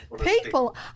People